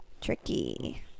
Tricky